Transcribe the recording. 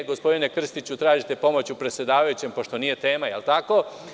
Gospodine Krstiću, tražite pomoć kod predsedavajućeg, pošto nije tema, je li tako?